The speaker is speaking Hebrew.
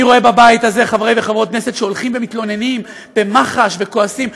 אני רואה בבית הזה חברי וחברות כנסת שהולכים ומתלוננים במח"ש וכועסים.